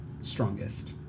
strongest